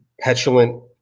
petulant